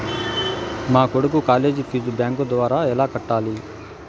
మా కొడుకు college fees bank ద్వారా ఎలా కట్టాలి?